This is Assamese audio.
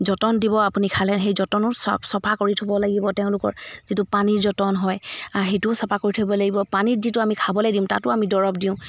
যতন দিব আপুনি খালে সেই যতনো চা চফা কৰি থ'ব লাগিব তেওঁলোকৰ যিটো পানীৰ যতন হয় সেইটোও চাফা কৰি থ'ব লাগিব পানীত যিটো আমি খাবলে দিম তাতো আমি দৰৱ দিওঁ